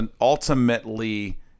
ultimately